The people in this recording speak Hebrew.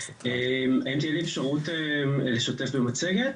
אם תהיה לי אפשרות אני אשמח לשתף את המצגת.